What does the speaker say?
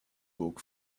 book